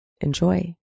Enjoy